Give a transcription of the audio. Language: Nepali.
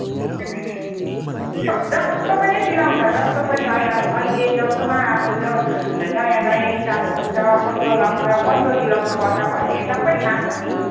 अँ जस्तो पनि सिलाउँछ जस्तो पनि अहिले जस्तोमा अब नयाँ नयाँ स्टाइलहरू छ कस्तो लगाउँछ कस्तो सिलाउनु पर्छ भन्ने सबै थाह छ नि